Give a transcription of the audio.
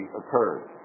occurred